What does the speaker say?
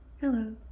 Hello